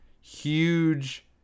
huge